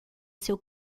seu